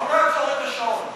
בואו נעצור את השעון.